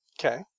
Okay